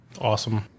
Awesome